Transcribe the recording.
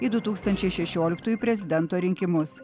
į du tūkstančiai šešioliktųjų prezidento rinkimus